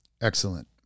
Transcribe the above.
Excellent